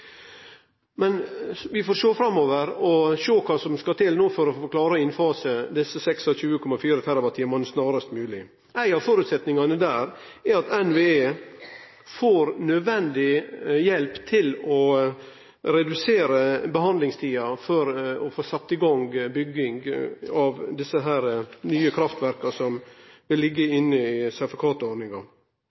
Men vi får sjå framover og sjå kva som no skal til for å klare å innfase desse 26,4 TWh snarast mogleg. Ein av føresetnadene her er at NVE får nødvendig hjelp til å redusere behandlingstida for å få sett i gang bygging av dei nye kraftverka som vil liggje inne i